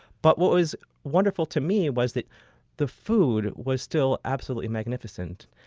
but what was wonderful to me was the the food was still absolutely magnificent.